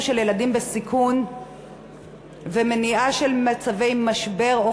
ילדים בסיכון ולמניעת מצבי משבר או,